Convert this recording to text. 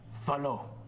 follow